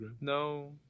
No